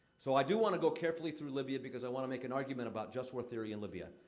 so, i do want to go carefully through libya because i wanna make an argument about just war theory in libya.